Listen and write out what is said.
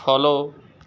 follow